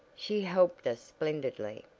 she helped us splendidly.